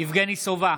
יבגני סובה,